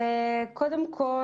קודם כל,